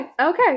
Okay